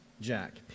Jack